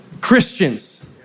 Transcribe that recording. Christians